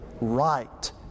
right